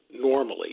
normally